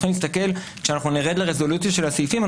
כשנרד לרזולוציה של הסעיפים,